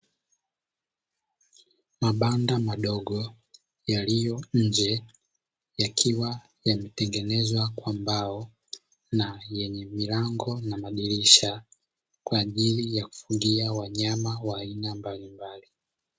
Mabanda madogo yaliyo nje, yakiwa yametengenezwa kwa mbao na yenye milango na madirisha kwa ajili ya kufugia wanyama wa aina mbalimbali.